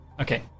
Okay